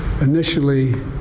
initially